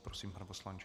Prosím, pane poslanče.